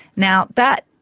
now, that,